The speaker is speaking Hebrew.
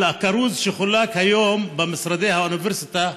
על הכרוז שחולק היום במשרדי האוניברסיטה,